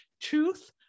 truth